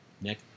Nick